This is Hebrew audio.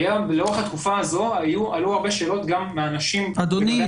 לאורך התקופה הזו עלו הרבה שאלות גם מאנשים --- אדוני,